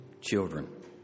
children